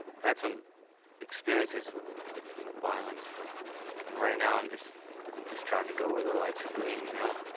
had some experiences with with violence, but right now i'm just um just trying to go where the lights are green, you know?